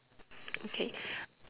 okay